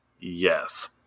Yes